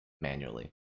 manually